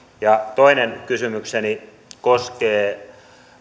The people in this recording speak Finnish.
toinen kysymykseni koskee